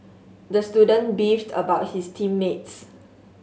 the student beefed about his team mates